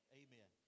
amen